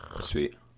Sweet